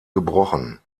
gebrochen